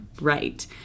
right